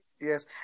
Yes